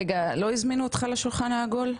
רגע, לא הזמינו אותך לשולחן העגול?